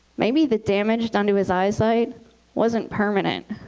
maybe the damage done to his eyesight wasn't permanent.